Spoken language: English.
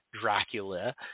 Dracula